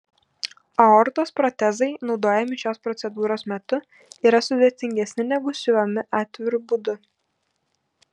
aortos protezai naudojami šios procedūros metu yra sudėtingesni negu siuvami atviru būdu